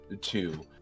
two